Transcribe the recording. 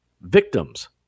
victims